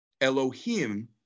Elohim